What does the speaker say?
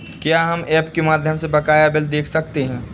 क्या हम ऐप के माध्यम से बकाया बिल देख सकते हैं?